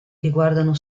riguardano